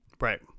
right